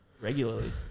regularly